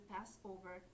Passover